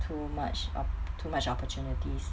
too much or too much opportunities